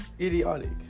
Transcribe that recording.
idiotic